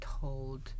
told